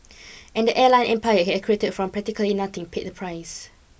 and the airline empire he had created from practically nothing paid the price